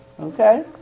Okay